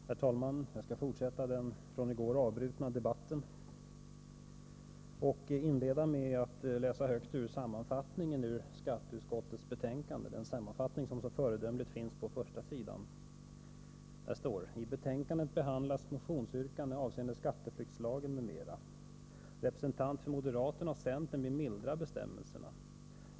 Herr talman! Jag skall fortsätta den i går avbrutna debatten och inleda med att läsa högt ur sammanfattningen i skatteutskottets betänkande 35, den sammanfattning som så föredömligt finns på första sidan. Där står: ”I betänkandet behandlas motionsyrkanden avseende skatteflyktslagen m.m. Representanter för moderaterna och centern vill mildra bestämmelserna.